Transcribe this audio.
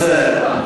בסדר.